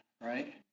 right